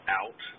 out